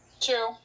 True